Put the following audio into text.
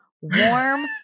warm